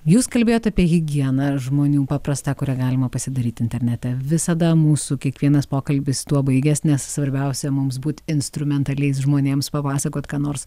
jūs kalbėjot apie higieną žmonių paprastą kurią galima pasidaryti internete visada mūsų kiekvienas pokalbis tuo baigias nes svarbiausia mums būt instrumentaliais žmonėms papasakot ką nors